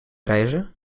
reizen